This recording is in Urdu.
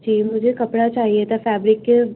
جی مجھے کپڑا چاہیے تھا فیبرک کے